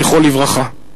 זכרו לברכה.